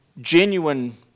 genuine